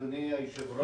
אדוני היושב-ראש,